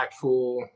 impactful